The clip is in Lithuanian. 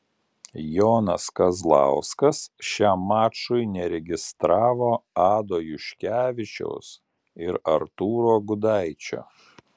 jonas kazlauskas šiam mačui neregistravo ado juškevičiaus ir artūro gudaičio